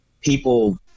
people